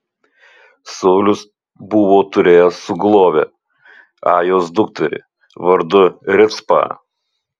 saulius buvo turėjęs sugulovę ajos dukterį vardu ricpą